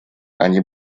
они